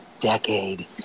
decade